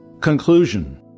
Conclusion